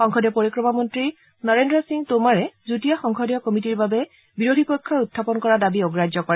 সংসদীয় পৰিক্ৰমা মন্ত্ৰী নৰেন্দ্ৰ সিং টোমাৰে যুটীয়া সংসদীয় কমিটীৰ বাবে বিৰোধী পক্ষই উখাপন কৰা দাবী অগ্ৰাহ্য কৰে